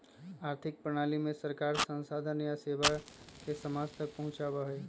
आर्थिक प्रणाली में सरकार संसाधन या सेवा के समाज तक पहुंचावा हई